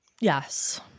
Yes